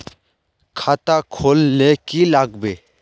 खाता खोल ले की लागबे?